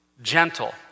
gentle